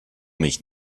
mich